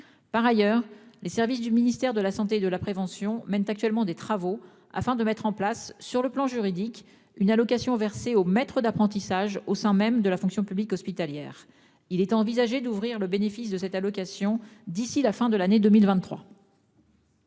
Par ailleurs, les services du ministère de la Santé et de la prévention mène actuellement des travaux afin de mettre en place sur le plan juridique, une allocation versée aux maîtres d'apprentissage au sein même de la fonction publique hospitalière, il était envisagé d'ouvrir le bénéfice de cette allocation d'ici la fin de l'année 2023.